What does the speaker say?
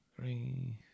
three